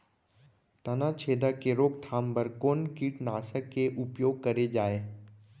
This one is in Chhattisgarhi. तनाछेदक के रोकथाम बर कोन कीटनाशक के उपयोग करे जाये?